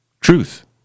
truth